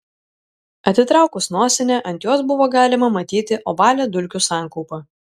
atitraukus nosinę ant jos buvo galima matyti ovalią dulkių sankaupą